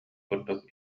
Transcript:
курдук